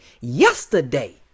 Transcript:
yesterday